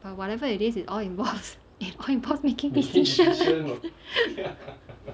but whatever it is it all involves it all involves making decisions